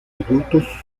adultos